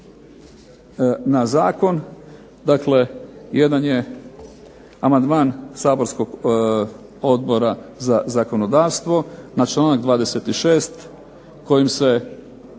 na zakon. Dakle, jedan je amandman saborskog Odbora za zakonodavstvo na članak 26. kojim se